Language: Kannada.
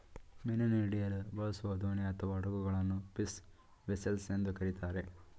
ಮೀನನ್ನು ಹಿಡಿಯಲು ಬಳಸುವ ದೋಣಿ ಅಥವಾ ಹಡಗುಗಳನ್ನು ಫಿಶ್ ವೆಸೆಲ್ಸ್ ಎಂದು ಕರಿತಾರೆ